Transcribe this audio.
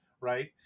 right